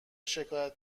شکایت